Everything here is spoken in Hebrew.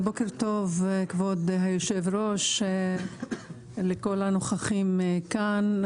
בוקר טוב, כבוד היושב-ראש, לכל הנוכחים כאן.